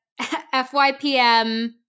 FYPM